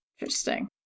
Interesting